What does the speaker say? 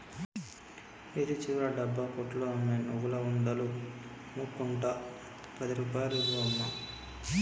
వీధి చివర డబ్బా కొట్లో అమ్మే నువ్వుల ఉండలు కొనుక్కుంట పది రూపాయలు ఇవ్వు అమ్మా